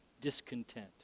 discontent